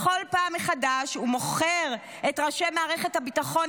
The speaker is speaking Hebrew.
בכל פעם מחדש הוא מוכר את ראשי מערכת הביטחון